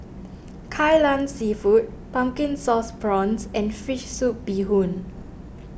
Kai Lan Seafood Pumpkin Sauce Prawns and Fish Soup Bee Hoon